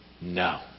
no